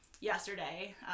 yesterday